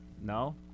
No